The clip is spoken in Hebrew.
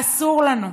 אסור לנו,